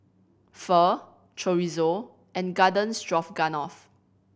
Pho Chorizo and Garden Stroganoff